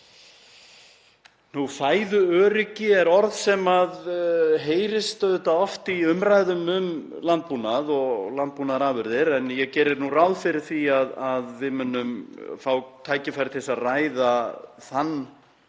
Fæðuöryggi er orð sem heyrist auðvitað oft í umræðum um landbúnað og landbúnaðarafurðir en ég geri nú ráð fyrir því að við munum fá tækifæri til að ræða þann